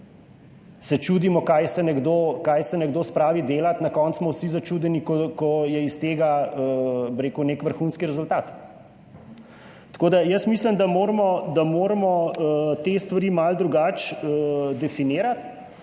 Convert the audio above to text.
se čudimo, kaj se nekdo spravi delat, na koncu smo vsi začudeni, ko je iz tega nek vrhunski rezultat. Jaz mislim, da moramo te stvari malo drugače definirati.